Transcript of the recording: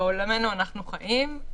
בעולמנו אנחנו חיים.